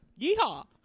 Yeehaw